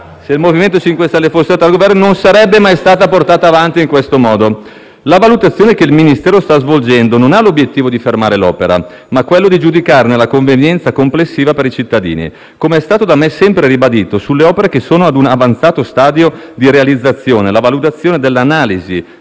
se il MoVimento 5 Stelle fosse stato al Governo, l'opera non sarebbe mai stata portata avanti in questo modo. La valutazione che il Ministero sta svolgendo non ha l'obiettivo di fermare l'opera, ma quello di giudicarne la convenienza complessiva per i cittadini. Come è stato da me sempre ribadito, sulle opere che sono a un avanzato stadio di realizzazione, la valutazione dell'analisi